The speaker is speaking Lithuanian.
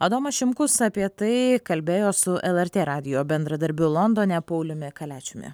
adomas šimkus apie tai kalbėjo su lrt radijo bendradarbiu londone pauliumi kaliačiumi